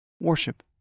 worship